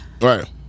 Right